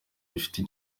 bifite